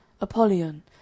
Apollyon